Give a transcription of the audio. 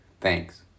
Thanks